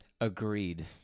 Agreed